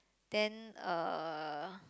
then uh